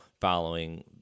following